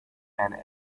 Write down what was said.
and